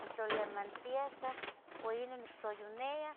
nictlolilia mantiecah uan ino nictzoyoniah,